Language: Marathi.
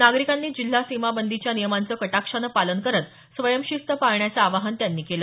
नागरिकांनी जिल्हा सीमा बंदीच्या नियमांचं कटाक्षानं पालन करत स्वयंशिस्त पाळण्याचं आवाहन त्यांनी केलं